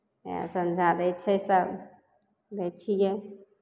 एहिमे सँझा दै छै सभ दै छियै